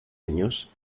años